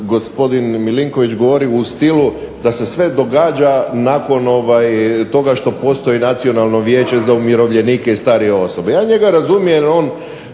gospodin Milinković govori u stilu da se sve događa nakon toga što postoji Nacionalno vijeće za umirovljenike i starije osobe. Ja njega razumijem jer